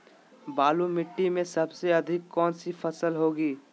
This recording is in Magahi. बालू मिट्टी में सबसे अधिक कौन सी फसल होगी?